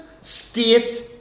state